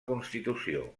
constitució